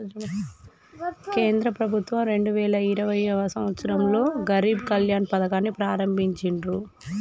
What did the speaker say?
కేంద్ర ప్రభుత్వం రెండు వేల ఇరవైయవ సంవచ్చరంలో గరీబ్ కళ్యాణ్ పథకాన్ని ప్రారంభించిర్రు